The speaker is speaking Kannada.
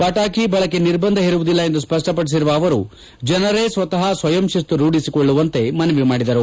ಪಟಾಕಿ ಬಳಕೆಗೆ ನಿರ್ಬಂಧ ಹೇರುವುದಿಲ್ಲ ಎಂದು ಸ್ವಷ್ಟಪಡಿಸಿರುವ ಅವರು ಜನರೇ ಸ್ವತಃ ಸ್ವಯಂ ಶಿಸ್ತು ರೂಢಿಸಿಕೊಳ್ಳುವಂತೆ ಮನವಿ ಮಾಡಿದರು